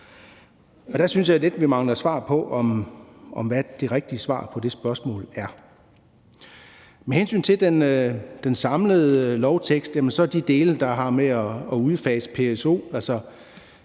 Der synes jeg lidt vi mangler svar. Hvad er det rigtige svar på det spørgsmål? Med hensyn til den samlede lovtekst kan jeg sige, at de dele, der har med udfasningen